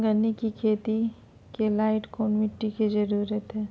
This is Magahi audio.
गन्ने की खेती के लाइट कौन मिट्टी की जरूरत है?